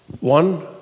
one